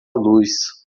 luz